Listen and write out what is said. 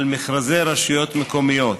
על מכרזי רשויות מקומיות.